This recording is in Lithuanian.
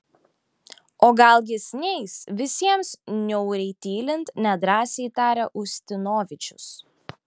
o gal jis neis visiems niauriai tylint nedrąsiai tarė ustinovičius